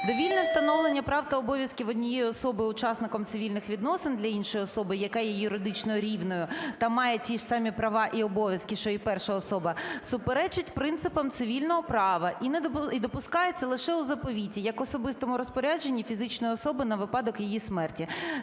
Довільне встановлення прав та обов'язків однієї особи учасником цивільних відносин для іншої особи, яка є юридично рівною та має ті ж самі права і обов'язки, що і перша особа, суперечить принципам цивільного права і допускається лише у заповіті як особистому розпорядженні фізичної особи на випадок її смерті,